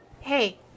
Hey